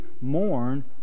mourn